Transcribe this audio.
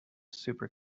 super